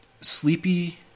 sleepy